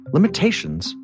Limitations